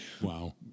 Wow